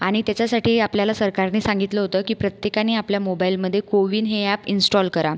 आणि त्याच्यासाठी आपल्याला सरकारने सांगितलं होतं की प्रत्येकाने आपल्या मोबाईलमध्ये कोविन हे ॲप इंस्टाॅल करा